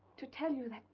to tell you that.